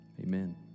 amen